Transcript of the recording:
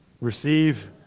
receive